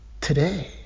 Today